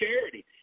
charity